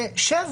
ו-7